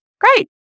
Great